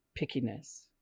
pickiness